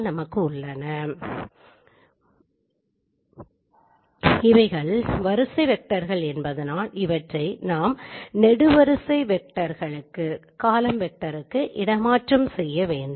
உண்மையான விளக்கக்காட்சிகள் அனைத்தும் நெடுவரிசை வெக்டர்கள் ஆனால் இவை வரிசை வெக்டர்கள் என்பதால் இவற்றை நாம் நெடுவரிசை வெக்டர்களுக்கு இடமாற்றம் செய்ய வேண்டும்